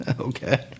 Okay